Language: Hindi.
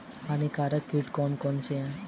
हानिकारक कीट कौन कौन से हैं?